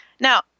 Now